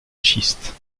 schiste